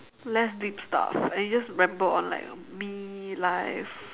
less deep stuff and you just ramble on like me life